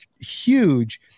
huge